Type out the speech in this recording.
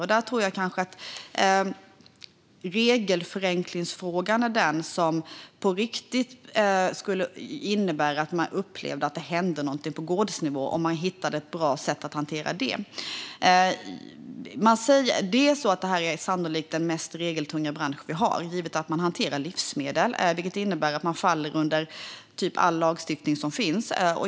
Om man hittar ett bra sätt att hantera regelförenklingsfrågan tror jag att det på riktigt skulle innebära att man skulle uppleva att det händer någonting på gårdsnivå. Detta är sannolikt den mest regeltunga bransch vi har, givet att man hanterar livsmedel, vilket innebär att man faller under typ all lagstiftning som finns.